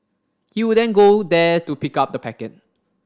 he would then go there to pick up the packet